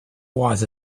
was